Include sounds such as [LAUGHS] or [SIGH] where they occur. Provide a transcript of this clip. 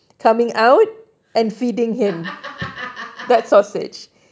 [LAUGHS]